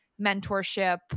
mentorship